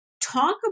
talk